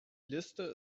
liste